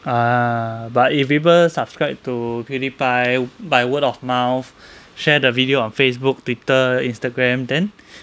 ah but if people subscribe to pewdiepie by word of mouth share the video on Facebook Twitter Instagram then